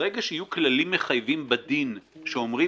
ברגע שיהיו כללים מחייבים בדין שאומרים